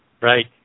Right